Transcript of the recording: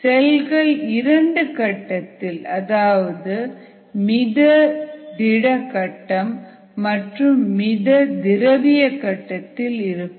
செல்கள் இரண்டு கட்டத்தில் அதாவது மித திட கட்டம் மற்றும் மித திரவிய கட்டத்தில் இருக்கும்